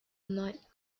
not